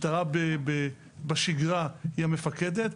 בשגרה היא המפקדת,